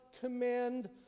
command